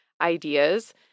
ideas